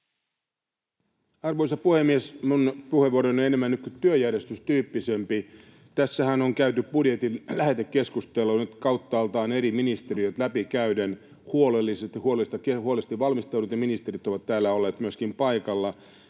Arvoisa puhemies! Minun puheenvuoroni on enemmän työjärjestystyyppinen. Tässähän on käyty budjetin lähetekeskustelua nyt kauttaaltaan eri ministeriöt läpi käyden huolellisesti, huolellisesti valmisteltuina, ja myöskin ministerit ovat täällä olleet paikalla.